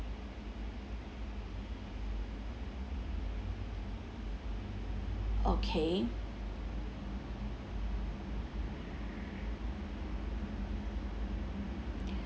okay